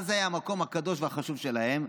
מה היה המקום הקדוש והחשוב שלהם?